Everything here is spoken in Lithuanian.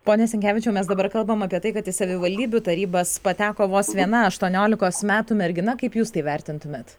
pone sinkevičiau mes dabar kalbam apie tai kad į savivaldybių tarybas pateko vos viena aštuoniolikos metų mergina kaip jūs tai vertintumėte